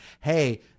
hey